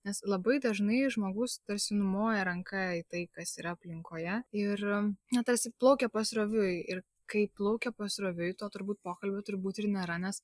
nes labai dažnai žmogus tarsi numoja ranka į tai kas yra aplinkoje ir na tarsi plaukia pasroviui ir kai plaukia pasroviui to turbūt pokalbio turbūt ir nėra nes